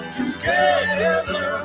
together